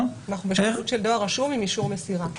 אנחנו בשקילות של דואר רשום עם אישור מסירה.